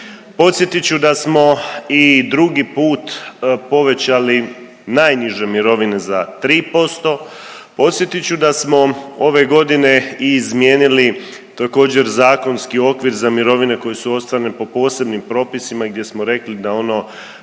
Podsjetit ću da smo i drugi put povećali najniže mirovine za 3%, podsjetit ću da smo ove godine i izmijenili također zakonski okvir za mirovine koje su ostvarene po posebnim propisima i gdje smo rekli da ono